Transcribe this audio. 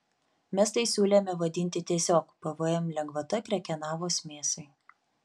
mes tai siūlėme vadinti tiesiog pvm lengvata krekenavos mėsai